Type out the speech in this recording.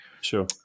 Sure